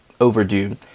overdue